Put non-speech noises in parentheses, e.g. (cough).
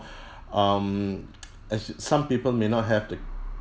(breath) um (noise) as some people may not have the